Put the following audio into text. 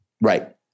right